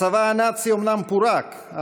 הצבא הנאצי אומנם פורק,